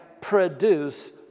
produce